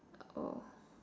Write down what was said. oh